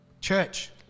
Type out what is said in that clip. Church